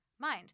mind